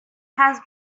has